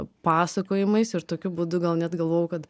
pasakojimais ir tokiu būdu gal net galvojau kad